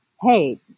Hey